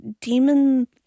demon